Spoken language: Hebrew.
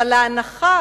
אבל ההנחה